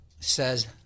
says